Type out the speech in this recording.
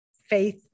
faith